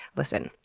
listen.